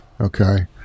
Okay